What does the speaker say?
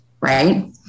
right